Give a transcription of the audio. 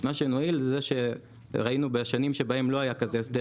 מה שנועיל זה שראינו בשנים שבהן לא היה כזה הסדר